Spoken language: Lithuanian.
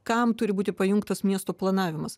kam turi būti pajungtas miesto planavimas